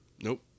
Nope